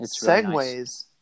Segways